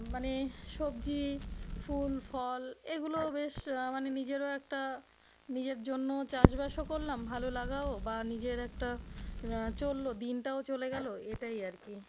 মানে সবজি ফুল ফল এইগুলো বেশ মানে নিজেরও একটা নিজের জন্য চাষবাসও করলাম ভালো লাগাও বা নিজের একটা চললো দিনটাও চলে গেল এটাই আর কি